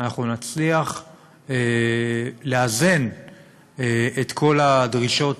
אנחנו נצליח לאזן את כל הדרישות,